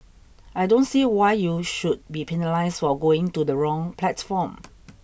I don't see why you should be penalised for going to the wrong platform